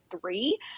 three